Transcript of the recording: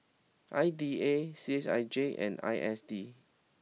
I D A C H I J and I S D